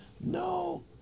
No